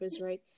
right